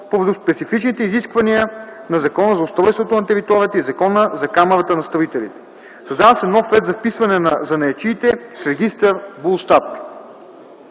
поради специфичните изисквания на Закона за устройство на територията и Закона за Камарата на строителите. Създава се нов ред за вписване на занаятчиите – в регистър БУЛСТАТ.